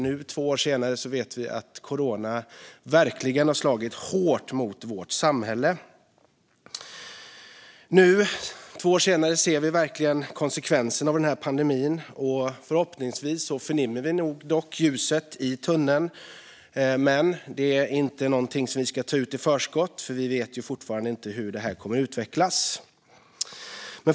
Nu två år senare vet vi att corona verkligen har slagit hårt mot vårt samhälle. Nu två år senare ser vi verkligen konsekvenserna av pandemin. Förhoppningsvis förnimmer vi dock ljuset i tunneln. Men det är inte någonting som vi ska ta ut i förskott. Vi vet fortfarande inte hur det kommer att utvecklas.